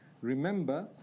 Remember